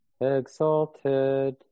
exalted